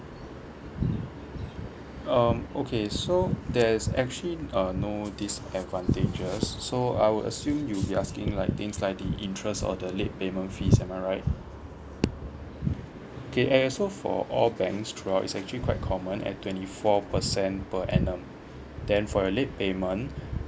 um okay so there's actually uh no disadvantages so I would assume you'll be asking like things like the interest or the late payment fee am I right kay~ eh so for all banks throughout is actually quite common at twenty four percent per annum then for your late payment